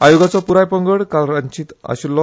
आयोगाचो प्राय पंगड काल रांचीत आशिल्लो